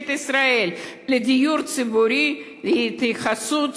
ממשלת ישראל לדיור הציבורי היא התייחסות